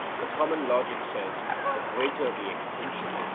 the common logic says the greater the extension,